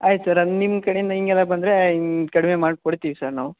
ಆಯ್ತು ಸರ್ ಅದು ನಿಮ್ಮ ಕಡೆಯಿಂದ ಹಿಂಗೆಲ್ಲ ಬಂದ್ರೆ ಹಿಂಗ್ ಕಡಿಮೆ ಮಾಡಿ ಕೊಡ್ತಿವಿ ಸರ್ ನಾವು